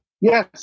yes